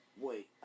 Wait